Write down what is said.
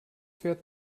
fährt